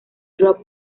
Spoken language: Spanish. drop